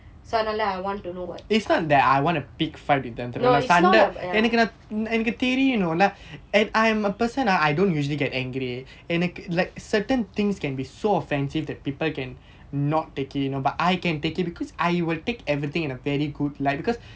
so அதனால:athanaala I want to know what it's not that